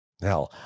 now